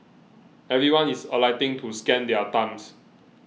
everyone is alighting to scan their thumbs